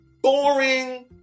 boring